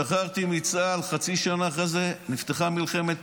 השתחררתי מצה"ל, חצי שנה אחרי זה, נפתחה מלחמת